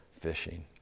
fishing